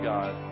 God